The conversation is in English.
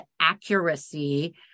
accuracy